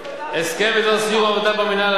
הסכם בדבר סיום עבודה במינהל,